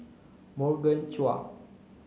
Morgan Chua